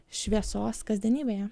šviesos kasdienybėje